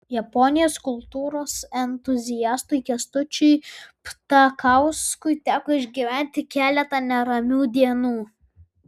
japonijos kultūros entuziastui kęstučiui ptakauskui teko išgyventi keletą neramių dienų